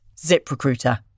ZipRecruiter